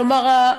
כלומר,